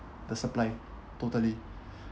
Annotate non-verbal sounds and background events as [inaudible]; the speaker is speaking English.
the supply totally [breath]